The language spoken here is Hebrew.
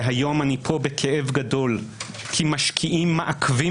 היום אני כאן בכאב גדול כי משקיעים מעכבים